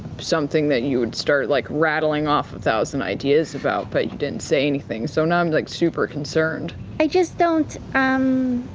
something that you'd start like rattling off a thousand ideas about, but you didn't say anything. so now i'm like super-concerned. laura i just don't, um.